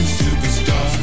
superstar